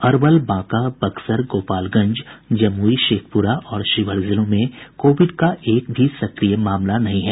अरवल बांका बक्सर गोपालगंज जमुई शेखपुरा और शिवहर जिलों में कोविड का एक भी सक्रिय मामला नहीं है